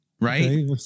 right